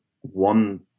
one